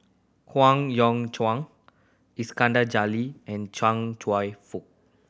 Howe Yoon Chong Iskandar Jalil and Chia Cheong Fook